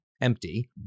empty